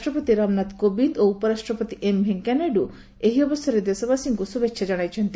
ରାଷ୍ଟ୍ରପତି ରାମନାଥ କୋବିନ୍ଦ ଓ ଉପରାଷ୍ଟ୍ରପତି ଏମ୍ ଭେଙ୍କୟା ନାଇଡୁ ଏହି ଅବସରରେ ଦେଶବାସୀଙ୍କୁ ଶୁଭେଚ୍ଛା ଜଣାଇଛନ୍ତି